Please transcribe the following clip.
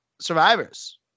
Survivors